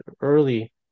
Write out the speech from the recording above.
early